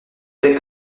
fait